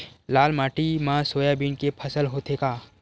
लाल माटी मा सोयाबीन के फसल होथे का?